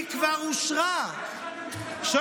היא כבר אושרה, יש חדר מיון בשדרות?